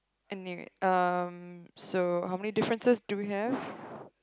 anyway um so how many differences do we have